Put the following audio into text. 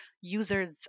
users